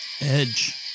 Edge